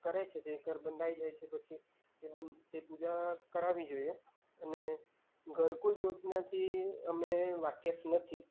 કરે છે જે ઘર બંધાઈ જાય છે પછી તે બંધ તે પૂજા કરાવવી જોઈએ અને ઘર કોઈ યોજનાથી અમે વાકેફ નથી